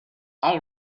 all